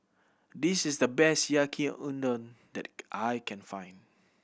this is the best Yaki Udon that I can find